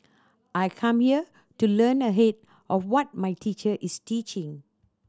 I come here to learn ahead of what my teacher is teaching